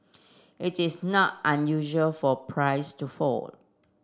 it is not unusual for price to fall